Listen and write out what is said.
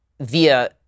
via